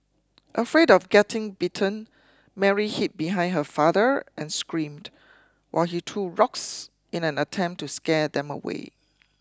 afraid of getting bitten Mary hid behind her father and screamed while he threw rocks in an attempt to scare them away